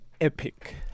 epic